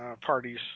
parties